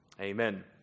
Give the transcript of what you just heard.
amen